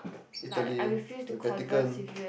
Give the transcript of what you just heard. Italy the Vatican